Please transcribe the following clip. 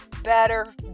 better